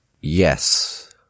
Yes